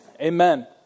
Amen